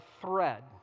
thread